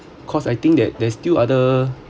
because I think that there's still other